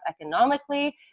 economically